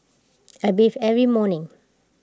I bathe every morning